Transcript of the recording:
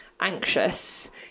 anxious